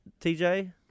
TJ